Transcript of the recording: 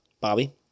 Bobby